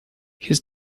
his